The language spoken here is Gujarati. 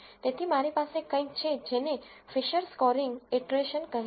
તેથી મારી પાસે કંઈક છે જેને ફિશર સ્કોરિંગ ઇટરેશન કહે છે